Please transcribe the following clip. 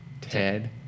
Ted